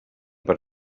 per